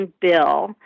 bill